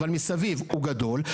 אבל מסביב הוא גדול.